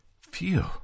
Phew